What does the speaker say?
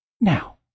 Now